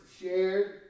shared